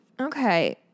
Okay